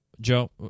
Joe